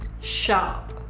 sharp.